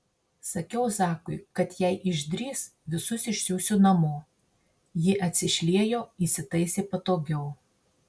sakiau zakui kad jei išdrįs visus išsiųsiu namo ji atsišliejo įsitaisė patogiau